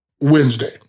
Wednesday